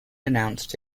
announced